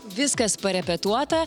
viskas parepetuota